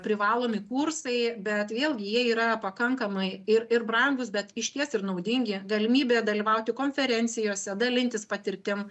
privalomi kursai bet vėlgi jie yra pakankamai ir ir brangūs bet išties ir naudingi galimybė dalyvauti konferencijose dalintis patirtim